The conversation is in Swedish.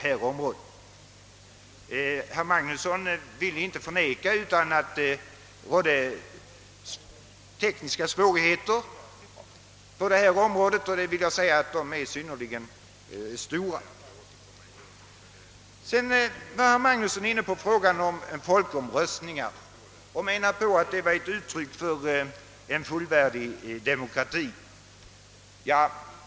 Herr Magnusson ville inte förneka att det föreligger tekniska svårigheter på detta område och enligt min mening är de synnerligen stora, Herr Magnusson var också inne på frågan om folkomröstningar och sade att dessa är uttryck för en fullvärdig demokrati.